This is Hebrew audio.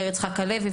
מאיר יצחק הלוי,